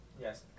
Yes